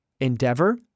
endeavor